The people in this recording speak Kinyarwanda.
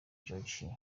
george